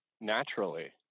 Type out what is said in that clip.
naturally